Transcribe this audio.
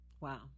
Wow